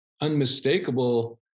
unmistakable